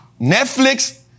Netflix